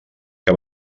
que